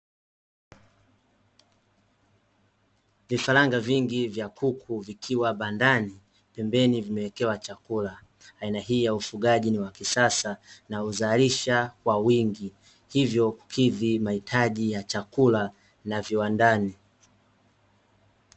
Vifaranga vingi vya kuku vikiwa bandani pembeni vimewekewa chakula. Aina hii ya ufugaji wa kisasa na huzalisha kwa wingi, hivyo kukidhi mahitaji ya chakula na viwandani.